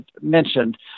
mentioned